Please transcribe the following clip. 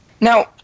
Now